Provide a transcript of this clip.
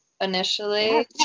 initially